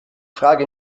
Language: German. frage